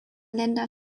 länder